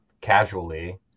casually